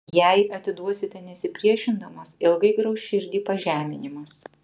jei atiduosite nesipriešindamas ilgai grauš širdį pažeminimas